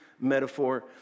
metaphor